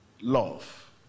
love